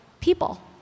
people